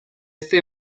este